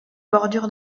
bordure